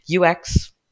UX